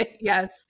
yes